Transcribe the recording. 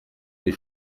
les